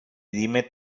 dime